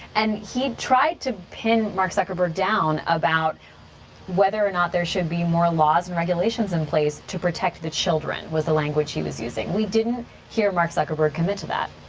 and he tried to pin mark zuckerberg down about whether or not there should be more laws and regulations in place to protect the children was the language he was using. we didn't hear mark zuckerberg commit to that.